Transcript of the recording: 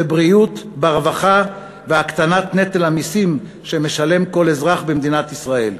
בבריאות וברווחה ולהקטנת נטל המסים שמשלם כל אזרח במדינת ישראל.